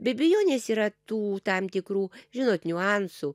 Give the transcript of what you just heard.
be abejonės yra tų tam tikrų žinot niuansų